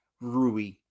Rui